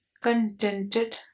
contented